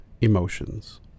emotions